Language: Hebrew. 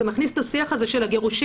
זה מכניס את השיח הזה של הגירושין,